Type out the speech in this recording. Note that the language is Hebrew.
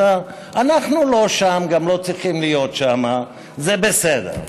אנחנו לא שם, גם לא צריכים להיות שם, זה בסדר.